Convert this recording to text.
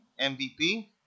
MVP